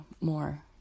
more